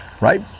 right